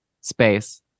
space